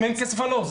אם אין כסף אז לא.